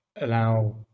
allow